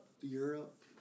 Europe